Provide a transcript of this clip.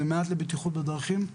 זה מעט לבטיחות בדרכים,